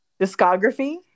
Discography